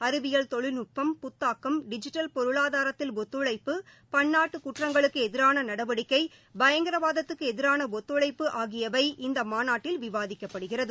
அறிவியல் தொழில்நுட்பம் புத்தாக்கம் டிஜிட்டல் பொருளாதாரத்தில் ஒத்துழைப்பு பன்னாட்டு குற்றங்களுக்கு எதிரான நடவடிக்கை பயங்கரவாதத்துக்கு எதிரான ஒத்துழைப்பு ஆகியவை இந்த மாநாட்டில் விவாதிக்கப்படுகிறது